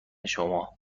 شما